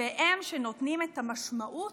והם שנותנים את המשמעות